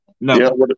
No